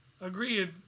Agreed